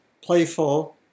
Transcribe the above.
playful